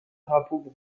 drapeau